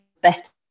better